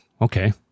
Okay